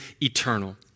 eternal